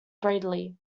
bradley